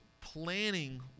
Planning